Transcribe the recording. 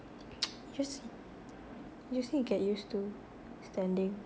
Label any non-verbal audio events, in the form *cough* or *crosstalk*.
*noise* just just need to get used to standing